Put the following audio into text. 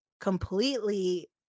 completely